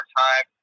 time